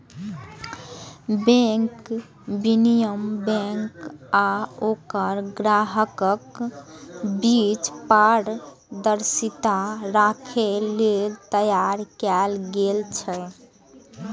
bank विनियमन bank आ ओकर ग्राहकक बीच पारदर्शिता राखै लेल तैयार कैल गेल छै